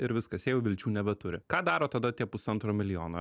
ir viskas jie jau vilčių nebeturi ką daro tada tie pusantro milijono